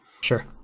Sure